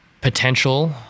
potential